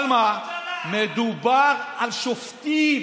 אבל מה, מדובר בשופטים.